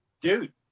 Dude